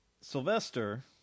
Sylvester